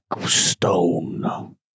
stone